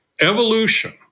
Evolution